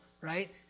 right